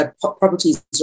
properties